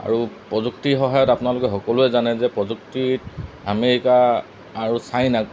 আৰু প্ৰযুক্তিৰ সহায়ত আপোনালোকে সকলোৱে জানে যে প্ৰযুক্তিত আমেৰিকা আৰু চাইনাক